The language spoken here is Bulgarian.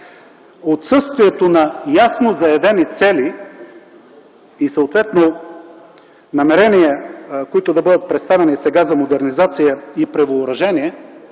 Отсъствието на ясно заявени цели и съответно намерения, които да бъдат представени сега за модернизация и превъоръжаване